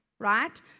Right